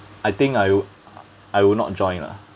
I think I will I will not join lah